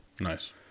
Nice